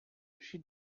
she